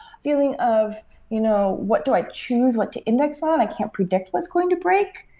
feeling of you know what do i choose what to index on, i can't predict what's going to break.